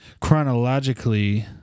chronologically